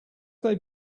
they